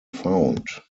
found